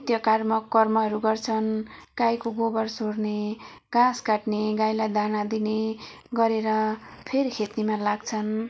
नित्य कार्म कर्महरू गर्छन् गाईको गोबर सोर्ने घाँस काट्ने गाईलाई दाना दिने गरेर फेरि खेतीमा लाग्छन्